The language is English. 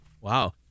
Wow